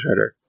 Shredder